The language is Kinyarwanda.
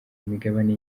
imigabane